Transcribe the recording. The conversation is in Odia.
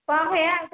କ'ଣ ଖାଇବା